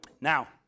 Now